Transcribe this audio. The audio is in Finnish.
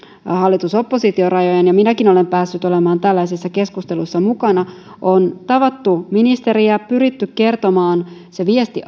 hallitus oppositio rajojen ja minäkin olen päässyt olemaan tällaisissa keskusteluissa mukana on tavattu ministeriä pyritty kertomaan alueelta se viesti